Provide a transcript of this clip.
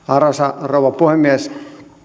arvoisa rouva puhemies